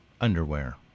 Underwear